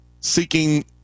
seeking